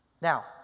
now